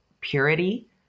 purity